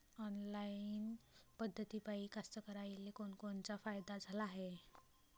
Online पद्धतीपायी कास्तकाराइले कोनकोनचा फायदा झाला हाये?